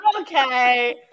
Okay